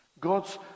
God's